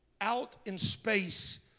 out-in-space